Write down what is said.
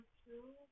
two